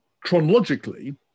chronologically